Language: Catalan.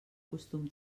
costum